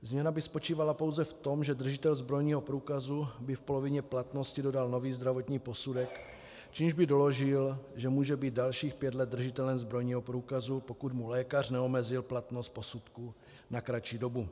Změna by spočívala pouze v tom, že držitel zbrojního průkazu by v polovině platnosti dodal nový zdravotní posudek, čímž by doložil, že může být dalších 5 let držitelem zbrojního průkazu, pokud mu lékař neomezil platnost posudku na kratší dobu.